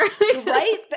Right